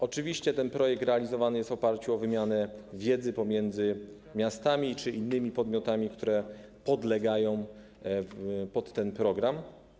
Oczywiście ten projekt realizowany jest w oparciu o wymianę wiedzy pomiędzy miastami czy innymi podmiotami, które są objęte tym programem.